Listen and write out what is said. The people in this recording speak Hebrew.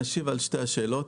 אשיב על שתי השאלות.